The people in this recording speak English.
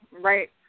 right